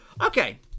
Okay